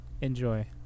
Enjoy